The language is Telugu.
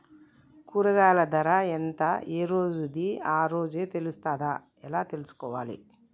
కూరగాయలు ధర ఎంత ఏ రోజుది ఆ రోజే తెలుస్తదా ఎలా తెలుసుకోవాలి?